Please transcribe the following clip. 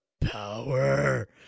power